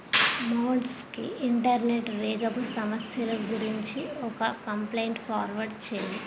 మౌంట్స్కి internet వేగపు సమస్యలు గురించి ఒక కంప్లెయింట్ ఫార్వార్డ్ చేయి